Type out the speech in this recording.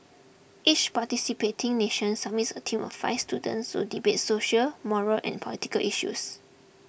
each participating nation submits a team of five students to debate social moral and political issues